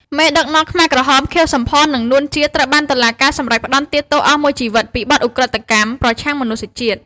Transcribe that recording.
មេដឹកនាំខ្មែរក្រហម ខៀវ សំផន និង នួន ជា ត្រូវបានតុលាការសម្រេចផ្ដន្ទាទោសអស់មួយជីវិតពីបទឧក្រិដ្ឋកម្មប្រឆាំងមនុស្សជាតិ។